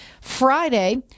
Friday